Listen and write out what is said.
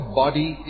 body